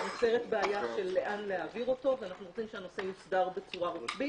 נוצרת בעיה של לאן להעביר אותו ואנחנו רוצים שהנושא יוסדר בצורה רוחבית,